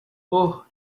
اوه